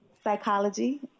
Psychology